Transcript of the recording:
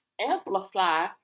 amplify